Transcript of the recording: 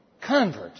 convert